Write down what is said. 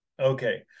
okay